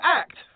act